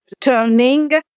turning